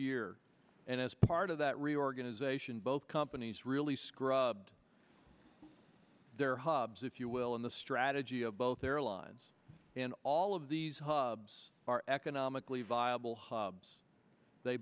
year and as part of that reorganization both companies really scrubbed their hubs if you will in the strategy of both airlines and all of these hubs are economically viable hubs they